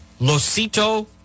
Losito